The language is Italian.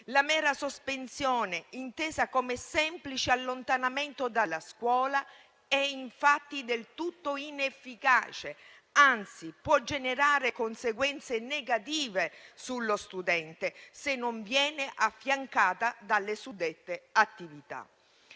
La mera sospensione, intesa come semplice allontanamento dalla scuola, è infatti del tutto inefficace, anzi, può generare conseguenze negative sullo studente se non viene affiancata dalle suddette attività.